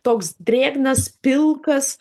toks drėgnas pilkas